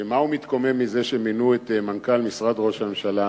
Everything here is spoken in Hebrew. שמה הוא מתקומם בזה שמינו את מנכ"ל משרד ראש הממשלה,